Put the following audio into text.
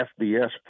FBS